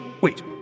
Wait